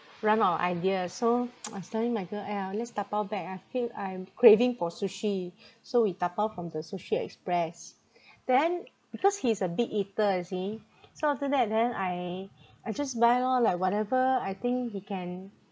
run out of ideas so I was telling my girl eh uh let's tapao back ah I feel I'm craving for sushi so we tapao from the sushi express then because he is a big eater you see so after that then I I just buy lor like whatever I think he can